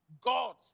God